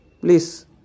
please